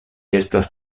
estas